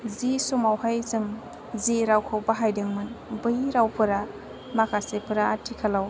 जि समावहाय जों जि रावखौ बाहायदोंमोन बै रावफोरा माखासेफोरा आथिखालाव